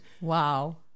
Wow